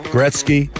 Gretzky